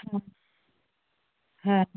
হ্যাঁ হ্যাঁ